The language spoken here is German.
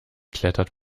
klettert